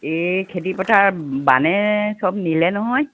এই খেতি পথাৰ বানে সব নিলে নহয়